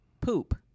poop